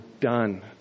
done